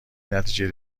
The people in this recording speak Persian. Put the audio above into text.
نتیجه